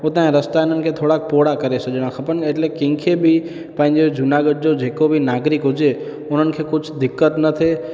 उतां जा रस्ता इन्हनि खे थोरा चोड़ा करे छॾणा खपनि करे एटले कंहिं खे बि पंहिंजो जूनागढ़ जो जेको बि नागरिक हुजे उन्हनि खे कुझु दिक़त न थिए